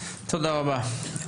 תודה רבה.